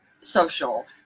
social